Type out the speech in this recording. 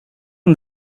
and